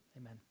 amen